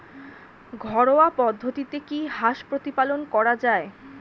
ঘরোয়া পদ্ধতিতে কি হাঁস প্রতিপালন করা যায়?